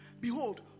Behold